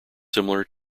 similar